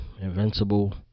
invincible